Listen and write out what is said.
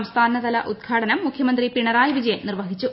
സംസ്ഥാനതല ഉദ്ഘാടനം മുഖ്യമന്ത്രി പിണറായി വിജയൻ നിർവഹിച്ചു